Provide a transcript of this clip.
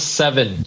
seven